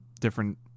different